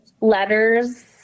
letters